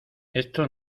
esto